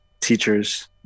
teachers